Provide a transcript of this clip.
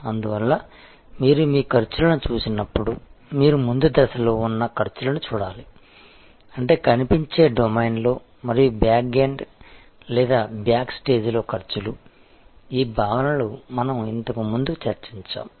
అందువల్ల మీరు మీ ఖర్చులను చూసినప్పుడు మీరు ముందు దశలో ఉన్న ఖర్చులను చూడాలి అంటే కనిపించే డొమైన్లో మరియు బ్యాకెండ్ లేదా బ్యాక్స్టేజ్లో ఖర్చులు ఈ భావనలు మనం ఇంతకు ముందు చర్చించాము